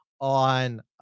on